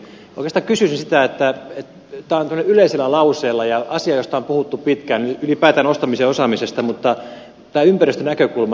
oikeastaan kysyisin tämä on täällä tällaisella yleisellä lauseella ja asia josta on puhuttu pitkään ylipäänsä ostamisen osaamisesta mutta tästä ympäristönäkökulmasta